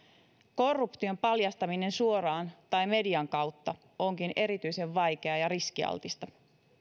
korruption paljastaminen suoraan tai median kautta onkin erityisen vaikeaa ja riskialtista